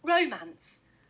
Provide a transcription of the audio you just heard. romance